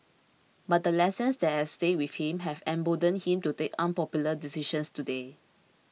but the lessons that have stayed with him have emboldened him to take unpopular decisions today